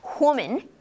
woman